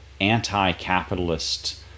anti-capitalist